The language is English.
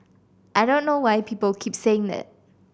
I don't know why people keep saying that